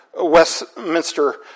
Westminster